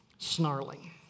snarling